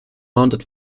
mounted